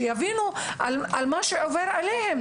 שיבינו מה שעובר עליהם,